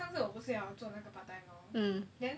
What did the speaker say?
上次我不是要做那个 part time lor then